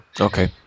Okay